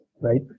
Right